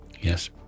yes